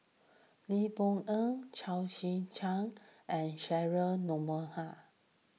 Lee Boon Ngan Chao Tzee Cheng and Cheryl Noronha